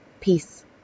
peace